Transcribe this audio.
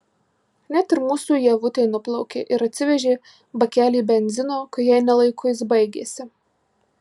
net ir mūsų ievutė nuplaukė ir atsivežė bakelį benzino kai jai ne laiku jis baigėsi